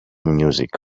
music